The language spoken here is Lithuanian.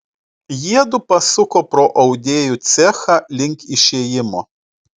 jiedu pasuko pro audėjų cechą link išėjimo